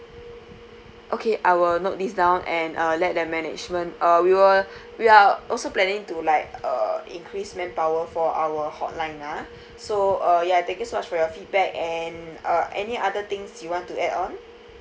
okay I will note this down and uh let the management uh we will we are also planning to like uh increase manpower for our hotline ah so uh ya thank you so much for your feedback and uh any other things you want to add on